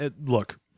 look